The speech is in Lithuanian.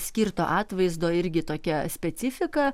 skirto atvaizdo irgi tokia specifika